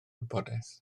wybodaeth